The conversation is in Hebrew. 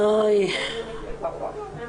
אני אגיד, יושב-ראש הוועדה, מה